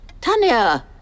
Tanya